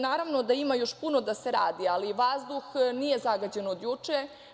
Naravno da ima još puno da se radi, ali vazduh nije zagađen od juče.